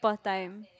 per time